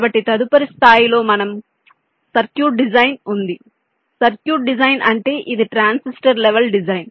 కాబట్టి తదుపరి స్థాయిలో మనకు సర్క్యూట్ డిజైన్ ఉంది సర్క్యూట్ డిజైన్ అంటే ఇది ట్రాన్సిస్టర్ లెవెల్ డిజైన్